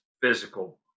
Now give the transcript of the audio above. physical